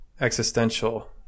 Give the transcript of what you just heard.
existential